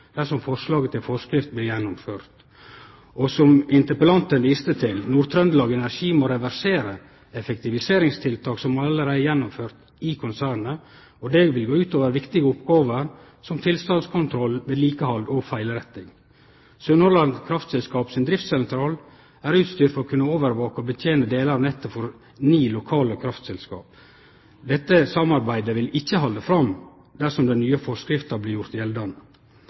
dersom forslaget til forskrift blir gjennomført. Og som interpellanten viste til: Nord-Trøndelag Energi må reversere effektiviseringstiltak som allereie er gjennomførde i konsernet, og det vil gå ut over viktige oppgåver som tilstandskontroll, vedlikehald og feilretting. Sunnhordland Kraftselskap sin driftssentral er utstyrt for å kunne overvake og betene delar av nettet for ni lokale nettselskap. Dette samarbeidet vil ikkje kunne halde fram dersom den nye forskrifta blir gjord gjeldande.